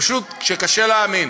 פשוט, שקשה להאמין.